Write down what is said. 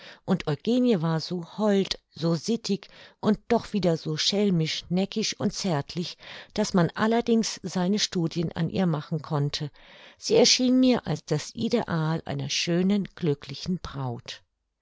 und eugenie war so hold so sittig und doch wieder so schelmisch neckisch und zärtlich daß man allerdings seine studien an ihr machen konnte sie erschien mir als das ideal einer schönen glücklichen braut